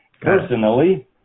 Personally